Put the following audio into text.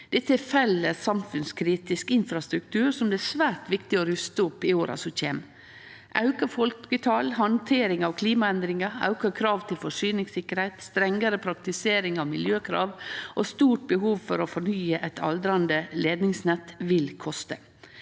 Dette er felles samfunnskritisk infrastruktur som det er svært viktig å ruste opp i åra som kjem. Auka folketal, handtering av klimaendringar, auka krav til forsyningssikkerheit, strengare praktisering av miljøkrav og stort behov for å fornye eit aldrande leidningsnett vil koste.